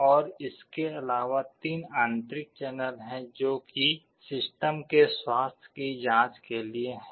और इसके अलावा 3 आंतरिक चैनल हैं जो कि सिस्टम के स्वास्थ्य की जांच के लिए हैं